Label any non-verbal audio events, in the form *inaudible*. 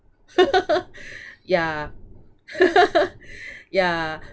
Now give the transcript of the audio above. *laughs* yeah *laughs* yeah